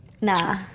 Nah